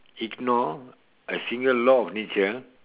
ignore a single law nature